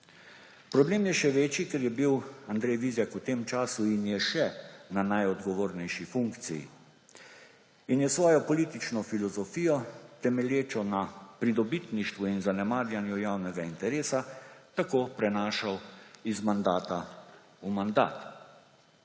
Problem je še večji, ker je bil Andrej Vizjak v tem času, in je še, na najodgovornejši funkciji in je svojo politično filozofijo, temelječo na pridobitništvu in zanemarjanju javnega interesa, tako prenašal iz mandata v mandat.